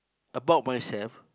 about myself